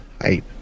hype